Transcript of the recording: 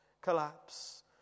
collapse